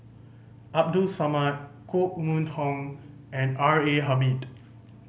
Abdul Samad Koh Mun Hong and R A Hamid